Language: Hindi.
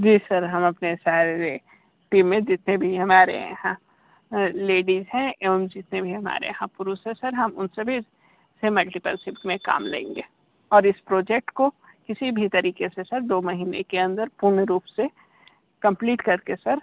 जी सर हम अपने सारे टीम में जितने भी हमारे यहाँ लेडिज़ हैं एवं जितने भी हमारे यहाँ पुरुष हैं सर हम उनसे भी मल्टीपल शिफ्ट में काम लेंगे और इस प्रोजेक्ट को किसी भी तरीके से सर दो महीने के अन्दर पूर्ण रूप से कंप्लीट करके सर